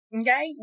Okay